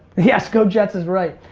yes, go jets is right.